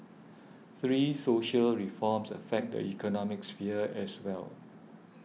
three social reforms affect the economic sphere as well